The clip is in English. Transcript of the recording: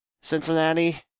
Cincinnati